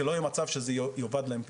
שלא יהיה מצב שזה יאבד להם פתאום,